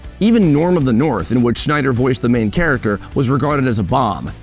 even norm of the north, in which schneider voiced the main character, was regarded as a bomb.